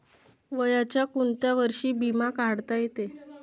वयाच्या कोंत्या वर्षी बिमा काढता येते?